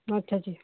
ਅੱਛਾ ਜੀ